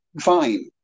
fine